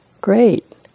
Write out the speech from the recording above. Great